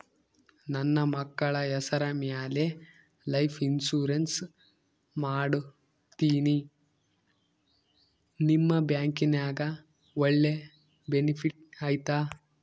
ನನ್ನ ಮಕ್ಕಳ ಹೆಸರ ಮ್ಯಾಲೆ ಲೈಫ್ ಇನ್ಸೂರೆನ್ಸ್ ಮಾಡತೇನಿ ನಿಮ್ಮ ಬ್ಯಾಂಕಿನ್ಯಾಗ ಒಳ್ಳೆ ಬೆನಿಫಿಟ್ ಐತಾ?